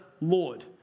Lord